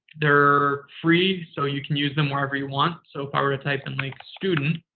they're free. so, you can use them wherever you want. so, if i were to type in like student,